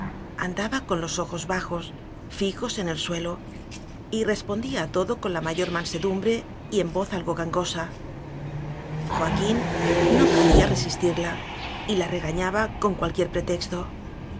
andaba con los ojos bajos fijos en el suelo y respondía a todo con la mayor mansedumbre y en voz algo gangosa joa quín no podía resistirla y la regañaba con cualquier pretexto